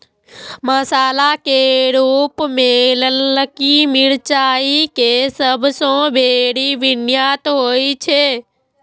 मसाला के रूप मे ललकी मिरचाइ के सबसं बेसी निर्यात होइ छै